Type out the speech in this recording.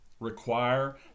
require